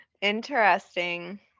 interesting